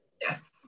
Yes